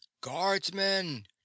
Guardsmen